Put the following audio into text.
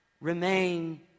remain